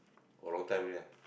oh long time already ah